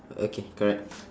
okay correct